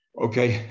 Okay